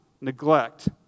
neglect